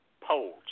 polls